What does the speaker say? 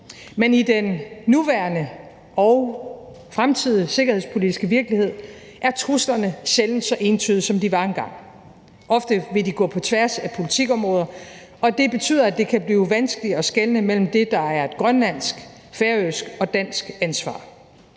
Men i den nuværende og fremtidige sikkerhedspolitiske virkelighed er truslerne sjældent så entydige, som de var engang. Ofte vil de gå på tværs af politikområder, og det betyder, at det kan blive vanskeligt at skelne mellem det, der er et grønlandsk, færøsk eller dansk ansvar.